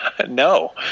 No